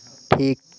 ᱴᱷᱤᱠ